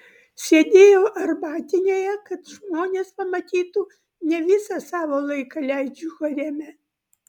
sėdėjau arbatinėje kad žmonės pamatytų ne visą savo laiką leidžiu hareme